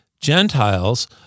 Gentiles